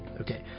Okay